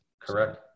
Correct